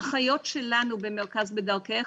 האחיות שלנו במרכז "בדרכך"